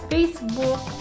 Facebook